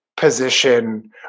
Position